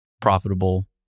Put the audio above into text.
profitable